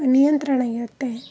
ನಿಯಂತ್ರಣ ಇರುತ್ತೆ